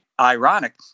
ironic